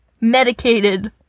medicated